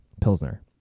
Pilsner